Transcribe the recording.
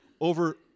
over